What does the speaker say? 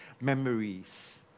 Memories